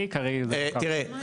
תראה,